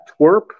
twerp